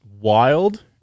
wild